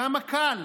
כמה קל.